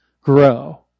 grow